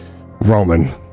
Roman